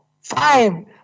five